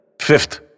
Fifth